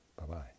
Bye-bye